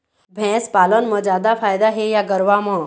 भैंस पालन म जादा फायदा हे या गरवा म?